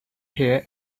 here